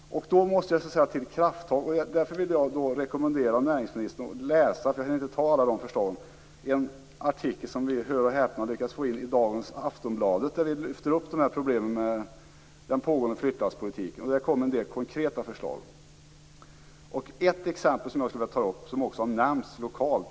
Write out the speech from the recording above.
För detta krävs krafttag. Jag vill rekommendera näringsministern att läsa en artikel som vi - hör och häpna - har lyckats få in i dagens nummer av Aftonbladet och där vi lyfter fram problemen med den pågående flyttlasspolitiken. Vi kommer där med en del konkreta förslag. Jag skulle vilja nämna ett exempel som också har nämnts lokalt.